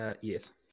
yes